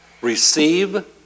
receive